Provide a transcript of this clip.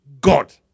God